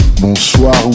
Bonsoir